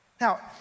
Now